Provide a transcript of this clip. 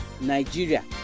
Nigeria